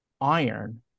iron